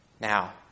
now